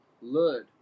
Lud